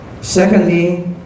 Secondly